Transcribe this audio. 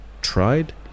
tried